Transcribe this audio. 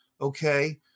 Okay